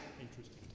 interesting